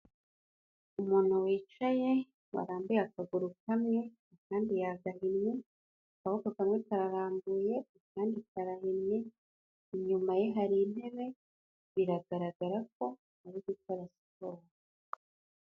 Umuntu wicaye, warambuye akaguru kamwe akandi yagahinnye, akaboko kamwe kararambuye, akandi karahinnye, inyuma ye hari intebe biragaragara ko ari gukora siporo.